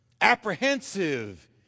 apprehensive